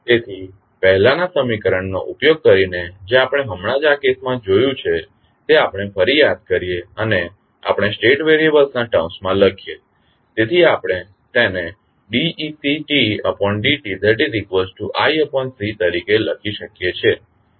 તેથી પહેલાનાં સમીકરણોનો ઉપયોગ કરીને જે આપણે હમણાં જ આ કેસમાં જોયું છે તે આપણે ફરી યાદ કરીએ અને આપણે સ્ટેટ વેરીએબલ્સના ટર્મ્સમાં લખીએ તેથી આપણે તેને d ecd tiC તરીકે લખી શકીએ છીએ